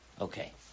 Okay